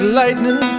lightning